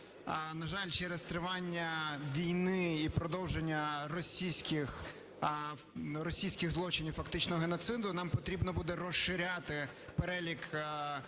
На жаль, через тривання війни і продовження російських злочинів, фактично геноциду, нам потрібно буде розширяти перелік